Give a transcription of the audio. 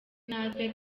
natwe